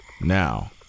Now